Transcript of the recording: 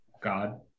God